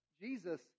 Jesus